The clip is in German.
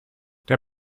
der